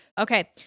Okay